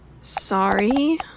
Sorry